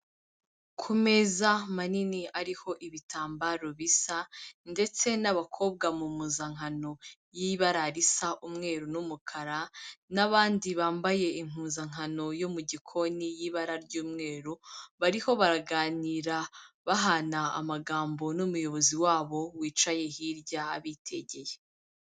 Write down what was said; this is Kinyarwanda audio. Ku meza manini ariho ibitambaro bisa, ndetse n'abakobwa mu mpuzankano y'ibara risa umweru n'umukara n'abandi bambaye impuzankano yo mu gikoni y'ibara ry'umweru, bariho baraganira bahana amagambo n'umuyobozi wabo wicaye hirya abitegeye.